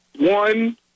One